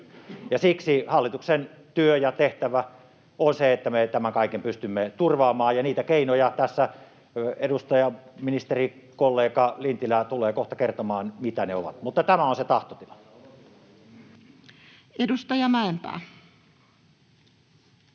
Siksi hallituksen työ ja tehtävä on se, että me tämän kaiken pystymme turvaamaan, ja niitä keinoja tässä ministerikollega Lintilä tulee kohta kertomaan, mitä ne ovat. Tämä on se tahtotila. Edustaja Mäenpää.